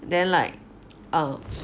then like err